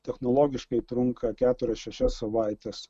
technologiškai trunka keturias šešias savaites